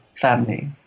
family